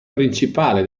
principale